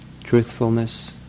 truthfulness